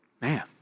Man